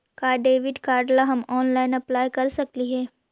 का debit card ला हम ऑनलाइन अप्लाई कर सकली हे?